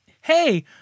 Hey